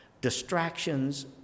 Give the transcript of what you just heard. distractions